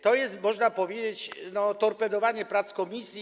To jest, można powiedzieć, torpedowanie prac komisji.